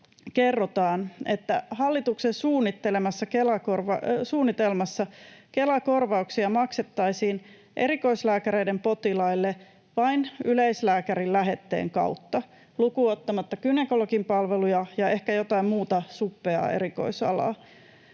kerrotaan, että hallituksen suunnitelmassa Kela-korvauksia maksettaisiin erikoislääkäreiden potilaille vain yleislääkärin lähetteen kautta, lukuun ottamatta gynekologin palveluja ja ehkä jotain muuta suppeaa erikoisalaa.